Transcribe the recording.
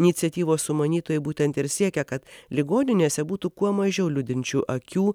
iniciatyvos sumanytojai būtent ir siekia kad ligoninėse būtų kuo mažiau liūdinčių akių